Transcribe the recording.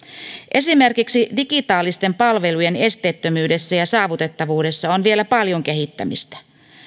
esimerkiksi digitaalisten palvelujen esteettömyydessä ja saavutettavuudessa on vielä paljon kehittämistä